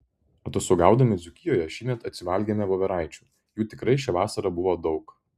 atostogaudami dzūkijoje šįmet atsivalgėme voveraičių jų tikrai šią vasarą buvo daug